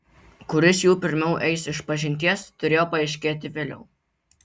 kuris jų pirmiau eis išpažinties turėjo paaiškėti vėliau